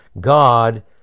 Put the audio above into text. God